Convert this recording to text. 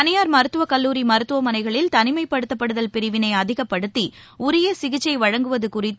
தனியார் மருத்துவக் கல்லுாரிமருத்துவமனைகளில் தனிமைப்படுத்தல் பிரிவினைஅதிகப்படுத்திஉரியசிகிச்சைவழங்குவதுகுறித்து